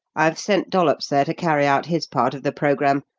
i've sent dollops there to carry out his part of the programme,